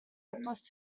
hopeless